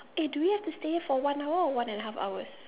eh do we have to stay here for one hour or one and a half hours